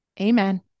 Amen